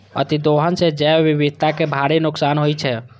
अतिदोहन सं जैव विविधता कें भारी नुकसान होइ छै